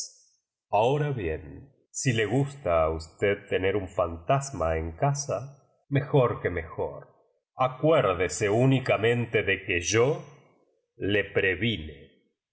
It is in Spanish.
ahora bien si le gusta a usted tener vm fantasma en casa mejor que mejor acuérdese únicamente de que yo le previne